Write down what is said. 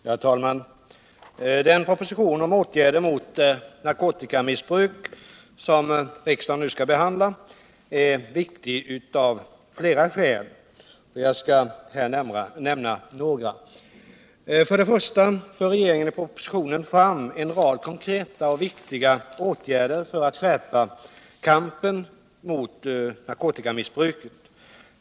Herr talman! Den proposition om åtgärder mot narkotikamissbruk som riksdagen nu skall behandla är viktig av flera skäl. Jag skall här nämna några. Regeringen för i propositionen fram en rad konkreta och viktiga åtgärder föratt skärpa kampen mot narkotikamissbruket.